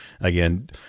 again